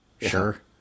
Sure